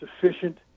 sufficient